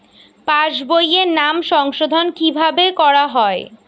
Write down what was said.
পাশ বইয়ে নাম সংশোধন কিভাবে করা হয়?